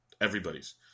Everybody's